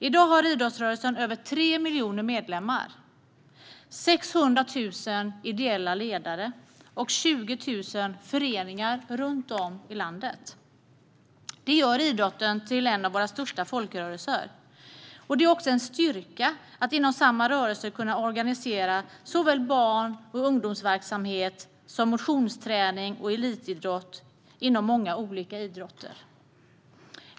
I dag har idrottsrörelsen över 3 miljoner medlemmar, 600 000 ideella ledare och 20 000 föreningar över hela landet. Det gör idrotten till en av våra största folkrörelser. Det är också en styrka att inom samma rörelse kunna organisera såväl barn och ungdomsverksamhet som motionsträning och elitidrott inom många olika idrotter.